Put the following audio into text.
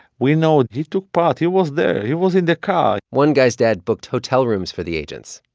we know he took part. he was there. he was in the car one guy's dad booked hotel rooms for the agents.